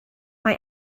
mae